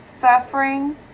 suffering